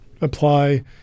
apply